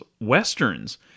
westerns